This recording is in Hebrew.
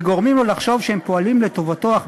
וגורמים להם לחשוב שהם פועלים לטובתם,